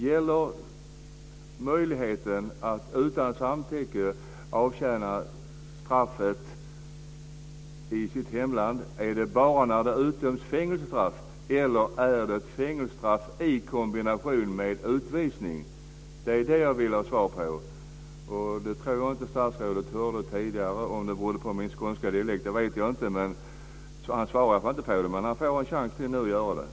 Gäller möjligheten att utan samtycke avtjäna straffet i sitt hemland bara när det utdöms fängelsestraff eller är det fängelsestraff i kombination med utvisning? Det är det jag vill ha svar på. Jag tror inte att statsrådet hörde det tidigare. Jag vet inte om det berodde på min skånska dialekt, men han svarade inte på den frågan. Han får en chans till.